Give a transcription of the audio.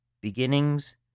Beginnings